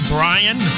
Brian